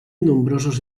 nombrosos